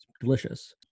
delicious